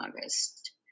August